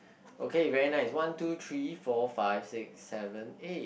okay very nice one two three four five six seven eight